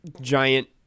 giant